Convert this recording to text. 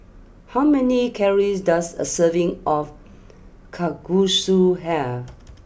how many calories does a serving of Kalguksu have